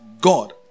God